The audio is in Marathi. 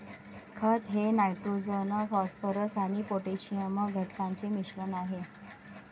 खत हे नायट्रोजन फॉस्फरस आणि पोटॅशियम घटकांचे मिश्रण आहे